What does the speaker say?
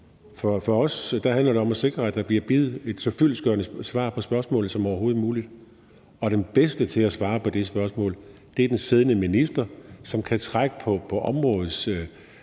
For os handler det om at sikre, at der bliver givet et så fyldestgørende svar på spørgsmålet som overhovedet muligt, og den bedste til at svare på det spørgsmål er den siddende minister, som kan trække på de